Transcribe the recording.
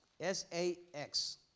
S-A-X